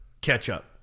ketchup